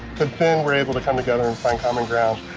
but then we're able to come together and find common ground.